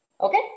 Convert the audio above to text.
Okay